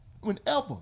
whenever